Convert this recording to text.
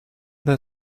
that